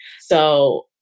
So-